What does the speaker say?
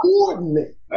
Coordinate